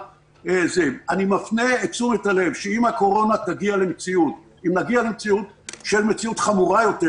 אני מפנה את תשומת הלב שאם נגיע למציאות חמורה יותר